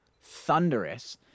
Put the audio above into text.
thunderous